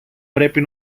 πρέπει